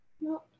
no